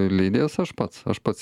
leidėjas aš pats aš pats